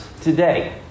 today